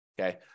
okay